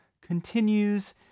continues